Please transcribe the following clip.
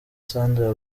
sandra